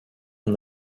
and